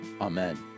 amen